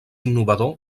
innovador